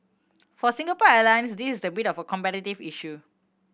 for Singapore Airlines this is a bit of a competitive issue